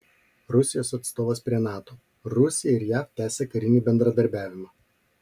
rusijos atstovas prie nato rusija ir jav tęsia karinį bendradarbiavimą